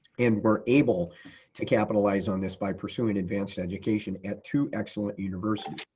and were able to capitalize on this by pursuing advanced education at two excellent universities,